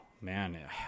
man